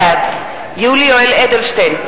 בעד יולי יואל אדלשטיין,